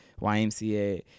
ymca